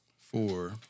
four